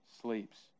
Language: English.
sleeps